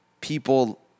people